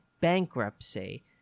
bankruptcy